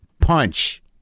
punch